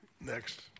next